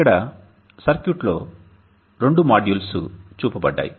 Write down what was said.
ఇక్కడ సర్క్యూట్ లో రెండు మాడ్యూల్స్ చూపబడ్డాయి